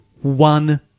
one